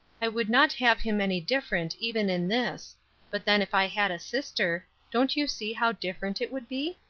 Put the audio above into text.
i would not have him any different, even in this but then if i had a sister, don't you see how different it would be?